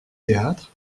théâtre